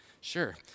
sure